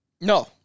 No